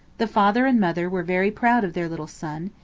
the father and mother were very proud of their little son,